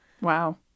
wow